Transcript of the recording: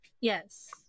Yes